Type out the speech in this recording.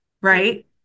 Right